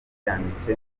yanditse